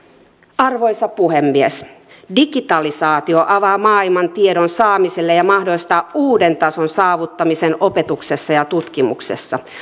arvoisa puhemies digitalisaatio avaa maailman tiedon saamiselle ja mahdollistaa uuden tason saavuttamisen opetuksessa ja tutkimuksessa